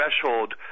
threshold